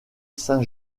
saint